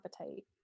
appetite